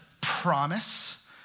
promise